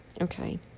Okay